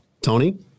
Tony